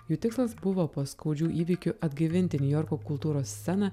jų tikslas buvo po skaudžių įvykių atgaivinti niujorko kultūros sceną